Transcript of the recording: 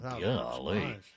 Golly